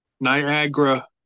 Niagara